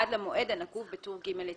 עד המועד הנקוב בטור ג' לצדם.